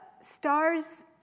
stars